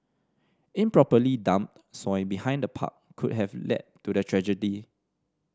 improperly dumped soil behind the park could have led to the tragedy